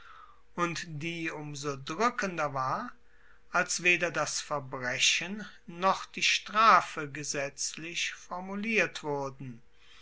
und die um so drueckender war als weder das verbrechen noch die strafe gesetzlich formuliert wurden